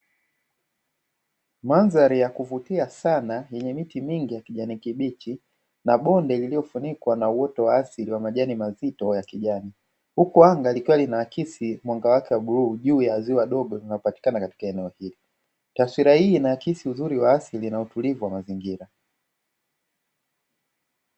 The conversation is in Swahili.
Mandhari ya kuvutia sana yenye miti mingi ya kijani kibichi na bonde lililofunikwa na uoto wa asili wa majani mazito ya kijani, huku anga likiwa linaakisi mwanga wake wa bluu juu ya ziwa dogo linalopatikana katika eneo hili taswira hii inakisi uzuri wa asili na utulivu wa mazingira.